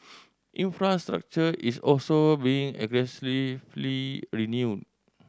infrastructure is also being renewed